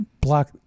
block